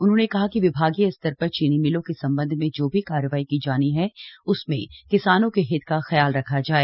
उन्होंने कहा कि विभागीय स्तर पर चीनी मिलों के संबंध में जो भी कार्यवाही की जानी है उसमें किसानों के हित का ख्याल रखा जाए